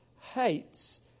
hates